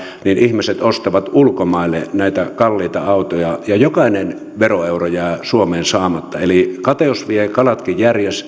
niin ihmiset ostavat ulkomaille näitä kalliita autoja ja jokainen veroeuro jää suomeen saamatta eli kateus vie kalatkin